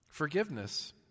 forgiveness